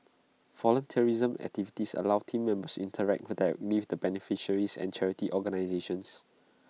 volunteerism activities allow Team Members interact direct with the beneficiaries and charity organisations